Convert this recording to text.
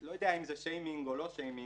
לא יודע אם זה שיימינג או לא שיימינג,